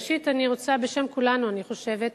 ראשית אני רוצה, בשם כולנו אני חושבת,